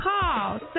Call